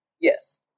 Yes